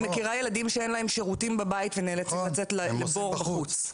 אני מכירה ילדים שאין להם שירותים בבית ונאלצים לצאת לבור בחוץ.